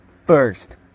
First